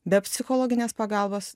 be psichologinės pagalbos